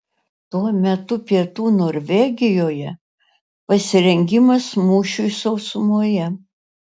tuo metu pietų norvegijoje pasirengimas mūšiui sausumoje